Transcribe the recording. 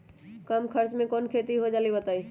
कम खर्च म कौन खेती हो जलई बताई?